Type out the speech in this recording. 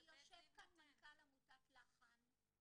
יושב כאן מנכ"ל עמותת 'לחן',